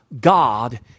God